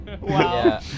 Wow